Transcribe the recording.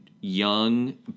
young